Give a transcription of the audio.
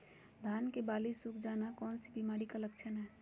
धान की बाली सुख जाना कौन सी बीमारी का लक्षण है?